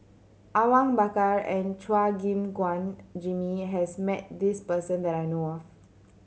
Awang Bakar and Chua Gim Guan Jimmy has met this person that I know of